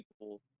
people